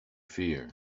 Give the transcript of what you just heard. fear